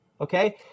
Okay